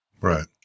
Right